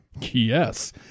Yes